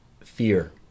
fear